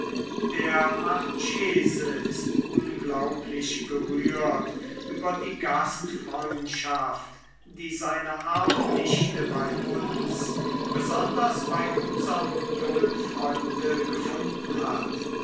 der marchese ist unglaublich gerührt über die gastfreundschaft die seine arme nichte bei uns besonders bei unserm jungen freunde gefunden hat